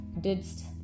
didst